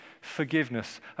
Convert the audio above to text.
forgiveness